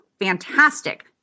fantastic